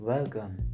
Welcome